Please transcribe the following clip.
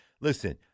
listen